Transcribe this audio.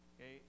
okay